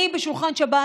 בשולחן שבת,